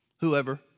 whoever